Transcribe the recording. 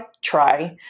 try